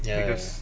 ya